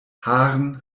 haaren